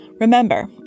Remember